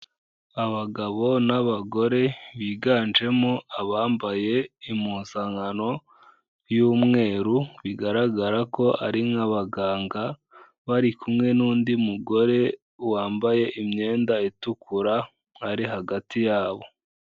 Abagabo n'abagore biganjemo abambaye impuzangano y'umweru bigaragara ko ari nk'abaganga, bari kumwe n'undi mugore wambaye imyenda itukura ari hagati yabo.